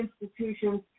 institutions